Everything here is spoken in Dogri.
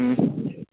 अं